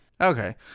Okay